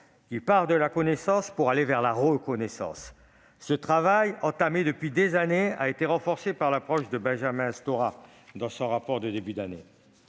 qui part de la connaissance pour aller vers la reconnaissance. Ce travail, entamé depuis des années, a été renforcé par l'approche retenue par Benjamin Stora dans son rapport du début 2021.